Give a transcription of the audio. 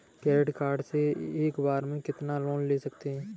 Credit card से एक बार में कितना लोन ले सकते हैं?